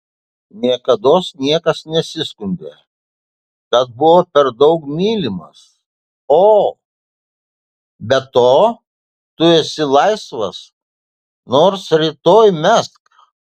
niekados niekas nesiskundė kad buvo per daug mylimas o be to tu esi laisvas nors rytoj mesk